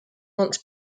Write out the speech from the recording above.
months